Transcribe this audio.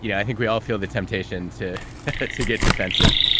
yeah i think we all feel the temptation to to get defensive.